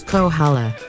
Kohala